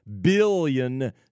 billion